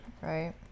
right